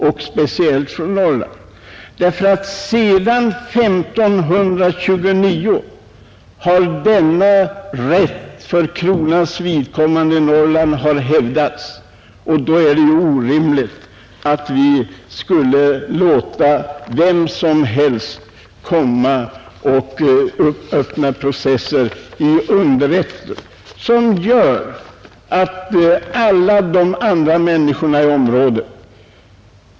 Ända sedan 1529 har denna rätt hävdats för kronans vidkommande i Norrland och då är det orimligt att låta vem som helst öppna processer i underrätter, processer som berör alla de andra människorna i området.